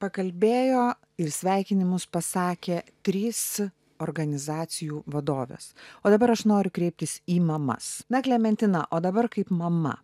pakalbėjo ir sveikinimus pasakė trys organizacijų vadovės o dabar aš noriu kreiptis į mamas na klementina o dabar kaip mama